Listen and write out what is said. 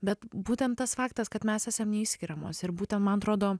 bet būtent tas faktas kad mes esam neišskiriamos ir būtent man atrodo